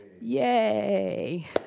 yay